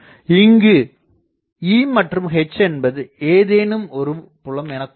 இங்கு E மற்றும் H என்பது ஏதேனும் ஒரு புலம் எனக்கொள்வோம்